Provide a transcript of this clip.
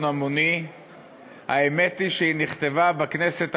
המוני האמת היא שהיא נכתבה בכנסת הקודמת,